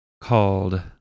called